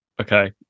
Okay